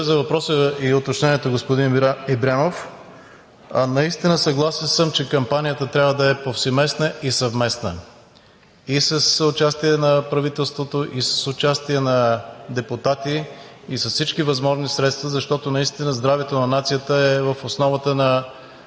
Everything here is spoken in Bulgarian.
за въпроса и уточнението, господин Ибрямов. Наистина съм съгласен, че кампанията трябва да е повсеместна и съвместна – и с участие на правителството, и с участие на депутати, и с всички възможни средства, защото здравето на нацията е в основата на